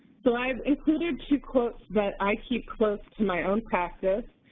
so i have included two quotes that i keep close to my own practice,